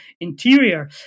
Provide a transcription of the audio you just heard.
Interior